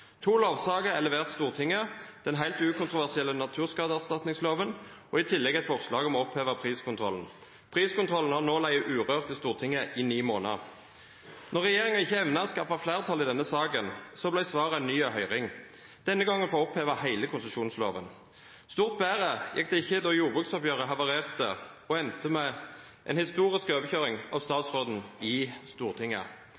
To lovsaker har blitt levert til Stortinget: den helt ukontroversielle naturskadeerstatningsloven og et forslag om å oppheve priskontrollen. Priskontrollen har nå ligget urørt i Stortinget i ni måneder. Når regjeringen ikke evner å skaffe et flertall i denne saken, ble svaret en ny høring – denne gangen for å oppheve hele konsesjonsloven. Stort bedre gikk det ikke da jordbruksoppgjøret havarerte og endte med en historisk overkjøring av statsråden i Stortinget.